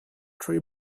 tree